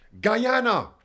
Guyana